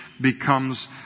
becomes